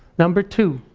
number two,